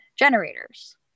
generators